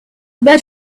but